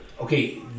Okay